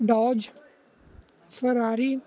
dose Ferrari